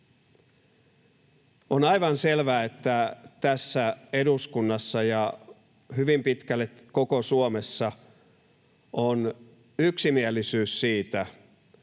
On aivan selvää, että tässä eduskunnassa ja hyvin pitkälle koko Suomessa on yksimielisyys siitä,